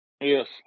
Yes